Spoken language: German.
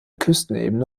küstenebene